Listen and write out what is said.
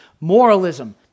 Moralism